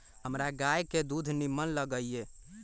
हमरा गाय के दूध निम्मन लगइय